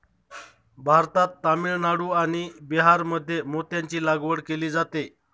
भारतात तामिळनाडू आणि बिहारमध्ये मोत्यांची लागवड केली जाते